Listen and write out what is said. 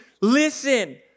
listen